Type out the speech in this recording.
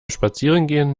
spazierengehen